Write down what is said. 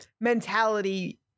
mentality